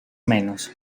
menos